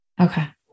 Okay